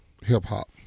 hip-hop